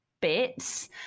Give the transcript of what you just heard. bits